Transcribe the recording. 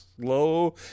slow